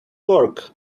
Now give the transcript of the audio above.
work